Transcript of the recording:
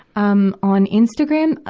um on instagram,